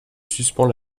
suspends